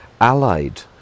allied